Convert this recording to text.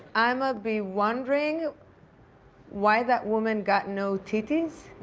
i'mma be wondering why that woman got no titties.